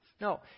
No